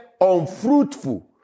unfruitful